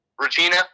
Regina